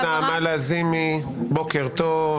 חברת הכנסת נעמה לזימי, בוקר טוב.